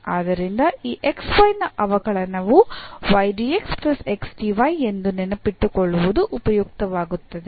ಆದ್ದರಿಂದ ಈ ನ ಅವಕಲನವು ಎಂದು ನೆನಪಿಟ್ಟುಕೊಳ್ಳುವುದು ಉಪಯುಕ್ತವಾಗುತ್ತದೆ